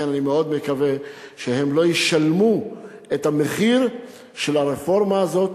לכן אני מאוד מקווה שהם לא ישלמו את המחיר של הרפורמה הזאת,